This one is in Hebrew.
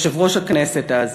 יושב-ראש הכנסת אז.